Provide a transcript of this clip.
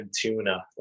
Tuna